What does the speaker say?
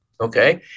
okay